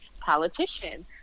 politician